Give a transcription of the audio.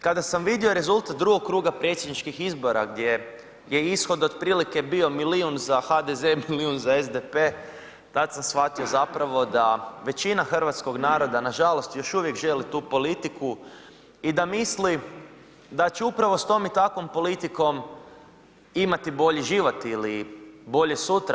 Kada sam vidio rezultat drugog kruga predsjedničkih izbora gdje je ishod otprilike bio milijun za HDZ, milijun za SDP tada sam shvatio zapravo da većina hrvatskog naroda nažalost još uvijek želi tu politiku i da misli da će upravo s tom i takvom politikom imati bolji život ili bolje sutra.